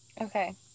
okay